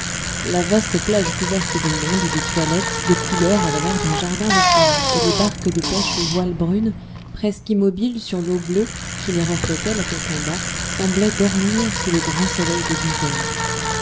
la vaste plage couverte de monde de toilettes de couleurs avait l'air d'un jardin de femmes et les barques de pêche aux voiles brunes presque immobiles sur l'eau bleue qui les reflétait la tête en bas semblaient dormir sous le grand soleil de dix heures